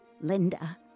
Linda